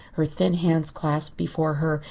her thin hands clasped before her,